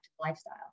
lifestyle